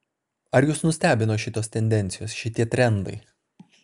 ar jus nustebino šitos tendencijos šitie trendai